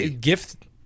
gift